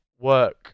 work